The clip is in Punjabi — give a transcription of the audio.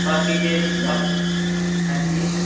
ਬਾਕੀ ਜੇ ਬਾ ਹਾਂਜੀ